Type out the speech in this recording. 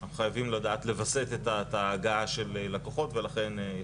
אנחנו חייבים לווסת את ההגעה של לקוחות ולכן,